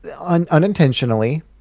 unintentionally